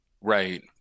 Right